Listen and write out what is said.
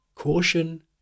Caution